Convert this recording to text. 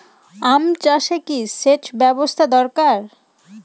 আম চাষে কি সেচ ব্যবস্থা দরকার?